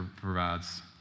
provides